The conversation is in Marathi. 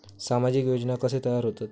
सामाजिक योजना कसे तयार होतत?